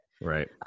Right